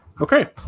Okay